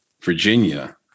Virginia